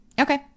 Okay